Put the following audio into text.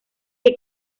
que